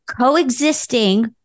coexisting